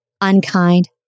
unkind